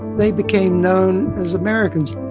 they became known as americans.